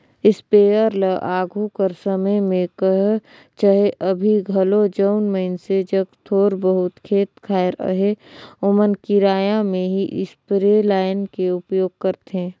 sprayer ल आघु कर समे में कह चहे अभीं घलो जउन मइनसे जग थोर बहुत खेत खाएर अहे ओमन किराया में ही इस्परे लाएन के उपयोग करथे